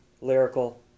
lyrical